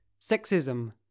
sexism